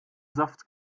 saft